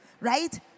Right